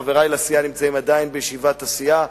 חברי לסיעה נמצאים עדיין בישיבת הסיעה.